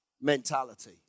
mentality